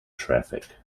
traffic